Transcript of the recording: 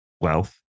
wealth